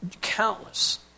countless